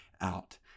out